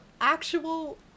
actual